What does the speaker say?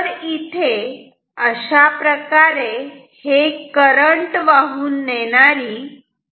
जर इथे अशाप्रकारे हे करंट वाहून नेणारी